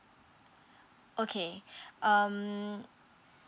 okay um